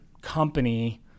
company